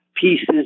pieces